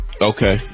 okay